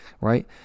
right